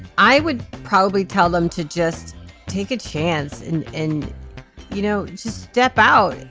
i would probably tell them to just take a chance and and you know just step out.